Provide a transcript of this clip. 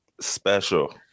Special